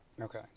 Okay